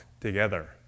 together